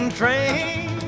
train